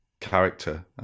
character